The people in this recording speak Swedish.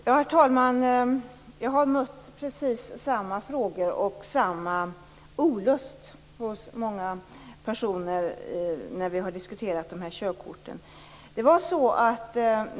Herr talman! Jag har mött samma frågor och samma olust hos många personer när vi har diskuterat körkorten.